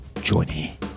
Johnny